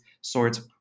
sorts